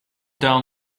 down